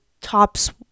top's